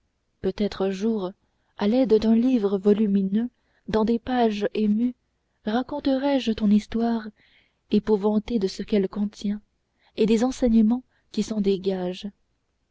peut-être un jour à l'aide d'un livre volumineux dans des pages émues raconterai je ton histoire épouvanté de ce qu'elle contient et des enseignements qui s'en dégagent